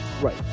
Right